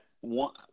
one